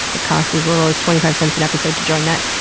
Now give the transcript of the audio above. it costs as little as twenty five cents an episode to join that.